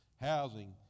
housing